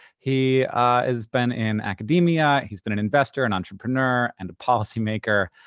he has been in academia, he's been an investor, an entrepreneur, and a policymaker.